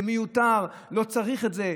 זה מיותר, לא צריך את זה.